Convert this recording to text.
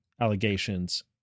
allegations